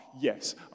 yes